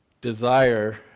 desire